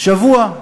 שבוע במשכן,